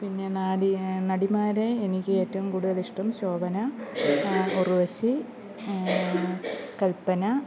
പിന്നെ നടി നടിമാരെ എനിക്ക് ഏറ്റവും കൂടുതൽ ഇഷ്ടം ശോഭന ഉർവശി കൽപ്പന